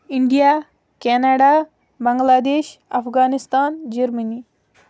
India Canada Bangladesh Afghanistan Germany